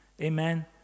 Amen